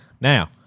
Now